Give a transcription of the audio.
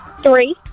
Three